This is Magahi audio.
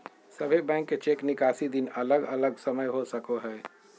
सभे बैंक के चेक निकासी दिन अलग अलग समय हो सको हय